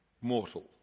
mortal